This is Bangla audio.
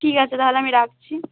ঠিক আছে তাহলে আমি রাখছি